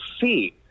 see